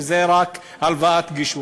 וזה רק הלוואות גישור.